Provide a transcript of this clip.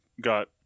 got